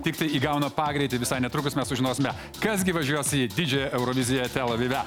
tiktai įgauna pagreitį visai netrukus mes sužinosime kas gi važiuos į didžiąją euroviziją tel avive